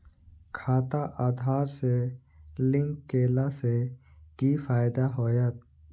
खाता आधार से लिंक केला से कि फायदा होयत?